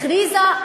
הכריזה,